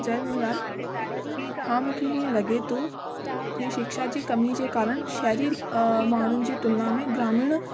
जय झूलेलाल हा मूंखे हीअं लॻे थो की शिक्षा जी कमी जे कारण शहरी माण्हू जी तुलना में ग्रामीण